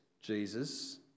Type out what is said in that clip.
Jesus